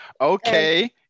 Okay